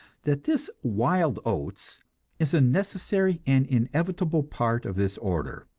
that this wild oats is a necessary and inevitable part of this order,